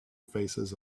faces